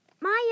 Maya